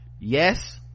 Yes